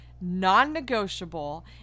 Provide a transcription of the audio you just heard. non-negotiable